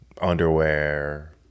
underwear